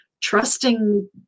trusting